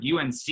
UNC